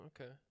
okay